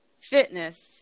fitness